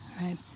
right